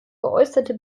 geäußerte